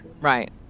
Right